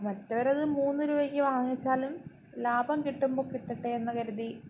മറ്റവർ അത് മൂന്ന് രൂപയ്ക്ക് വാങ്ങിച്ചാലും ലാഭം കിട്ടുമ്പോൾ കിട്ടട്ടേ എന്നു കരുതി